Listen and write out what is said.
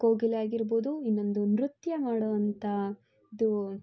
ಕೋಗಿಲೆಯಾಗಿರ್ಬೋದು ಇನ್ನೊಂದು ನೃತ್ಯ ಮಾಡುವಂತ ಇದು